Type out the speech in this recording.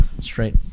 straight